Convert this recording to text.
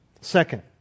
Second